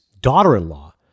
daughter-in-law